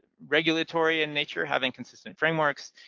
regulatory in nature, having inconsistent frameworks,